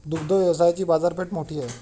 दुग्ध व्यवसायाची बाजारपेठ मोठी आहे